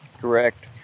Correct